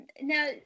Now